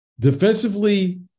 Defensively